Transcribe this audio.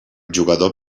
jugador